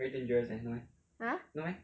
!huh!